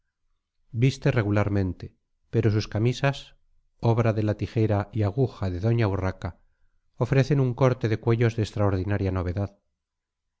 viste regularmente pero sus camisas obra de la tijera y aguja de doña urraca ofrecen un corte de cuellos de extraordinaria novedad